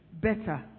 better